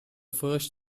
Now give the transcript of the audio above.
first